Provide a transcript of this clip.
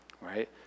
right